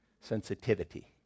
sensitivity